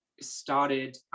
started